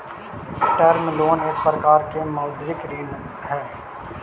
term loan एक प्रकार के मौदृक ऋण हई